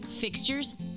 Fixtures